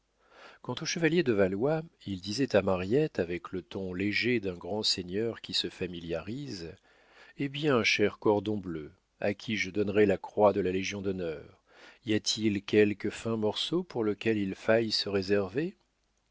quant au chevalier de valois il disait à mariette avec le ton léger d'un grand seigneur qui se familiarise eh bien cher cordon bleu à qui je donnerais la croix de la légion-d'honneur y a-t-il quelque fin morceau pour lequel il faille se réserver